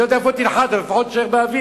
אני לא יודע איפה תנחת, אבל לפחות תישאר באוויר.